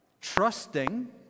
trusting